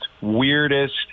weirdest